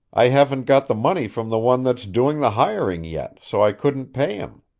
i haven't got the money from the one that's doing the hiring yet, so i couldn't pay him.